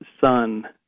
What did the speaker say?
son